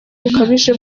bukabije